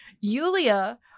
Yulia